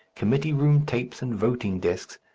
committee-room tapes and voting-desks,